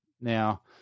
Now